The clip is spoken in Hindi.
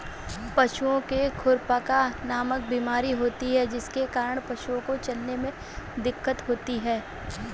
पशुओं में खुरपका नामक बीमारी होती है जिसके कारण पशुओं को चलने में दिक्कत होती है